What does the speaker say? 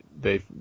they-